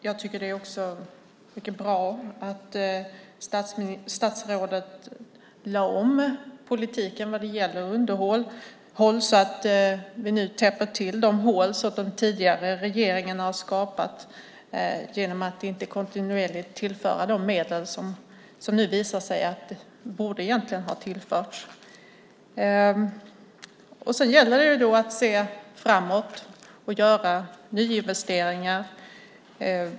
Jag tycker att det är mycket bra att statsrådet lagt om politiken när det gäller underhåll så att vi täpper till de hål som den tidigare regeringen skapade genom att inte kontinuerligt tillföra de medel som det nu visar sig borde ha tillförts. Det gäller att se framåt och göra nyinvesteringar.